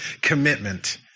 commitment